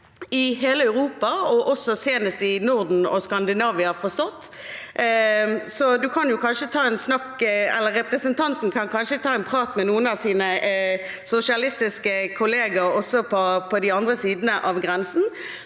i hele Europa, og også senest i Norden og Skandinavia, forstått. Så representanten kan kanskje ta en prat med noen av sine sosialistiske kollegaer også på den andre siden av grensen.